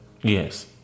Yes